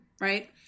right